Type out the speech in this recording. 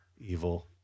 evil